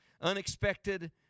unexpected